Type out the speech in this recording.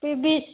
P V C